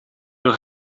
door